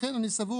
לכן אני סבור